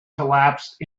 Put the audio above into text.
collapsed